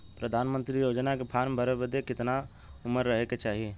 प्रधानमंत्री योजना के फॉर्म भरे बदे कितना उमर रहे के चाही?